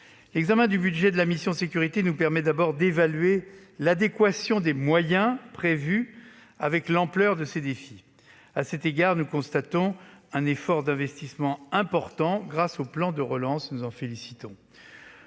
L'examen du budget de la mission « Sécurités » nous permet d'abord d'évaluer l'adéquation des moyens prévus avec l'ampleur de ces défis. À cet égard, nous constatons un effort d'investissement important, grâce au plan de relance. Nous nous en félicitons.